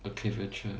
a curvature